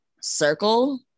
circle